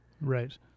Right